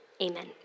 amen